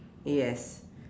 yes